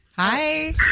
Hi